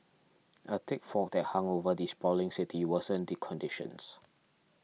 a thick fog that hung over the sprawling city worsened the conditions